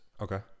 Okay